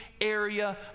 area